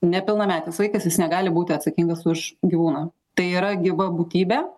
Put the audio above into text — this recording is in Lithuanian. nepilnametis vaikas jis negali būti atsakingas už gyvūną tai yra gyva būtybė